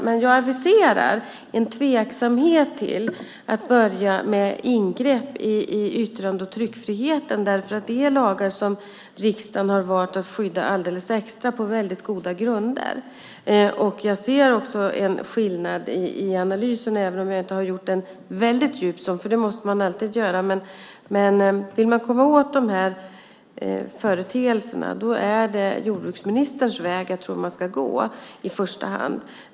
Men jag aviserar en tveksamhet till att börja med ingrepp i yttrande och tryckfriheten, därför att det är lagar som riksdagen har valt att alldeles extra skydda och då på väldigt goda grunder. Jag ser också en skillnad i analysen, även om jag inte har gjort en väldigt djup sådan - det måste man alltid göra. Men vill man komma åt de här företeelserna är det, tror jag, jordbruksministerns väg som man i första hand ska gå.